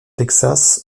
texas